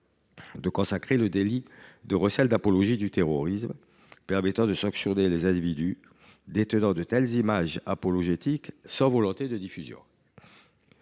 de consacrer le délit de recel d’apologie du terrorisme, qui permet de sanctionner les individus détenant de telles images apologétiques sans volonté de diffusion.